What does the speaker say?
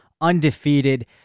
undefeated